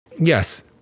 yes